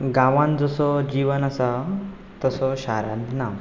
गांवांत जसो जिवन आसा तसो शारांत ना